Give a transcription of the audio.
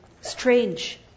strange